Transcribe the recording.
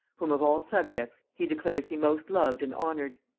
whom, of all subjects, he declares he most loved and honored.